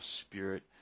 spirit